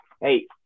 hey